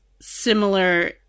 similar